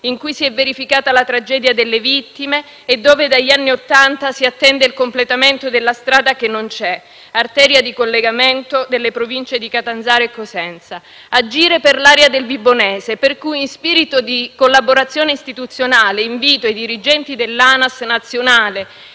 in cui si è verificata la tragedia delle vittime e dove dagli anni Ottanta si attende il completamento della strada che non c'è, arteria di collegamento delle province di Catanzaro e Cosenza; agire per l'area del Vibonese per cui, in spirito di collaborazione istituzionale, invito i dirigenti dell'ANAS nazionale